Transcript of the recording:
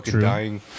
dying